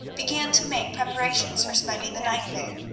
began to make preparations for spending the night there.